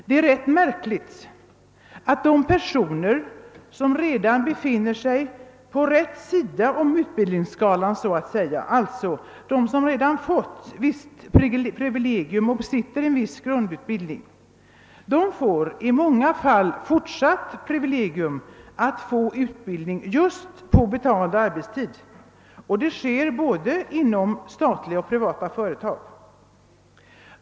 Det är rätt märkligt att de personer som redan befinner sig på »rätt sida« om utbildningsskalan så att säga, alltså de som redan fått ett visst privilegium och besitter en viss grundutbildning, i många fall får fortsatt privilegium till utbildning just på betald arbetstid. Detta sker både inom statliga och privata företag.